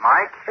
Mike